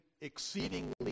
exceedingly